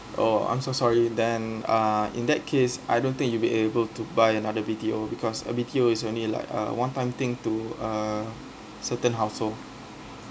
oh I'm so sorry then uh in that case I don't think you'll be able to buy another B_T_O because a B_T_O is only like uh one time thing to uh certain household